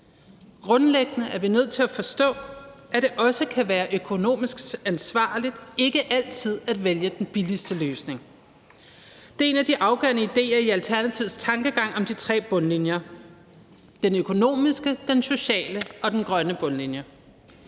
Grundlæggende er vi nødt til at forstå, at det også kan være økonomisk ansvarligt ikke altid at vælge den billigste løsning. Det er en af de afgørende idéer i Alternativets tankegang om de tre bundlinjer: den økonomiske, den sociale og den grønne bundlinje.